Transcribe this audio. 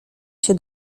się